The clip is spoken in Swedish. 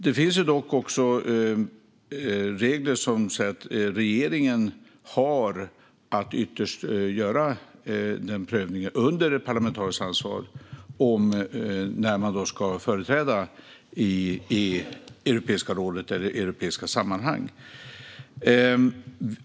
Det finns dock regler som säger att regeringen har att ytterst göra prövningen under parlamentariskt ansvar när man ska företräda i Europeiska rådet eller i europeiska sammanhang.